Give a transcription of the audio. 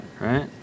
right